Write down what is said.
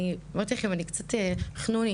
אמרתי לכם, אני קצת חנונית.